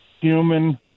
human